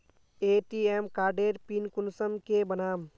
ATM कार्डेर pin कुंसम के बनाम?